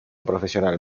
profesional